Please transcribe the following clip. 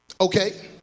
Okay